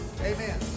Amen